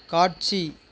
காட்சி